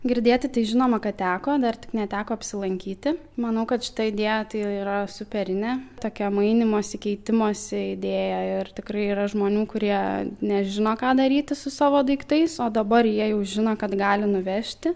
girdėti tai žinoma kad teko dar tik neteko apsilankyti manau kad šita idėja tai yra superinė tokia mainymosi keitimosi idėja ir tikrai yra žmonių kurie nežino ką daryti su savo daiktais o dabar jie jau žino kad gali nuvežti